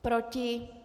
Proti?